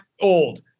old